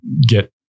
get